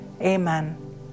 amen